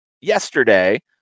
yesterday